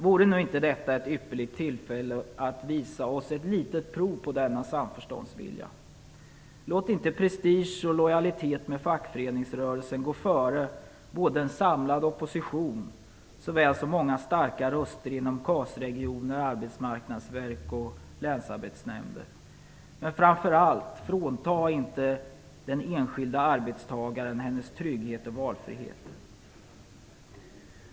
Vore nu inte detta ett ypperligt tillfälle att visa oss ett litet prov på denna samförståndsvilja? Låt inte prestige och lojalitet med fackföreningsrörelsen gå före både en samlad opposition och många starka röster inom KAS-regioner, Arbetsmarknadsverket och länsarbetsnämnder. Men framför allt: frånta inte den enskilda arbetstagaren hennes trygghet och valfrihet.